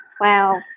Wow